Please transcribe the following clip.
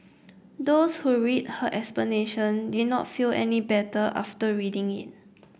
those who read her explanation did not feel any better after reading it